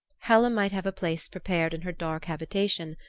hela might have a place prepared in her dark habitation,